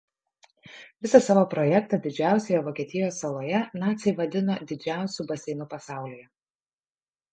visą savo projektą didžiausioje vokietijos saloje naciai vadino didžiausiu baseinu pasaulyje